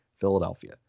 Philadelphia